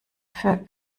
für